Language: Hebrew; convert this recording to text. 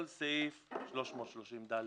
כל סעיף 330ד',